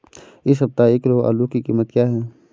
इस सप्ताह एक किलो आलू की कीमत क्या है?